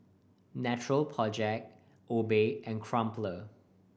Natural Project Obey and Crumpler